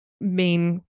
main